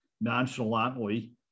nonchalantly